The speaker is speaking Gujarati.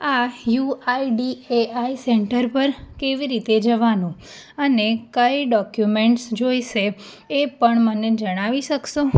આ યુઆઇડીએઆઇ સેન્ટર પર કેવી રીતે જવાનું અને કયા ડોક્યુમેન્ટ જોઈશે એ પણ મને જણાવી શકશો